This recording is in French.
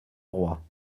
roi